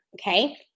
okay